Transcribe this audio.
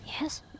Yes